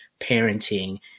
parenting